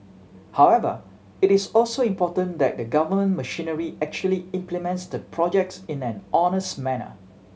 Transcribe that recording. however it is also important that the government machinery actually implements the projects in an honest manner